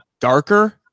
darker